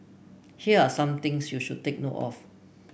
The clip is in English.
here are some things you should take note of